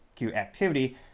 activity